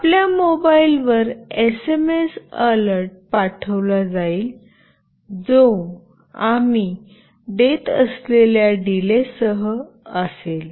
आपल्या मोबाइलवर SMS alert पाठविला जाईल जो आम्ही देत असलेल्या डीले सह असेल